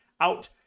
out